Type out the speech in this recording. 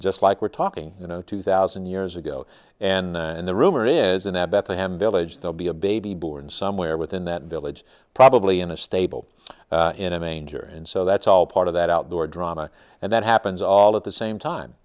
just like we're talking you know two thousand years ago and the rumor is an abbot to him village they'll be a baby born somewhere within that village probably in a stable in a manger and so that's all part of that outdoor drama and that happens all at the same time